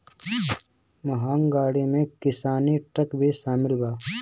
महँग गाड़ी में किसानी ट्रक भी शामिल बा